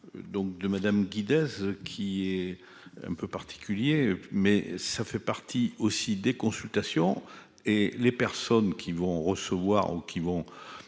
de Madame est ce qui est un peu particulier mais ça fait partie aussi des consultations et les personnes qui vont recevoir ou qui vont,